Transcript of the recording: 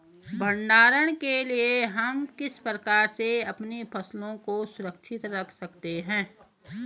भंडारण के लिए हम किस प्रकार से अपनी फसलों को सुरक्षित रख सकते हैं?